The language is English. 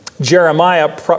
jeremiah